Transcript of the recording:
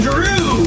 Drew